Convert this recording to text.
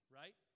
right